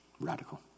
Radical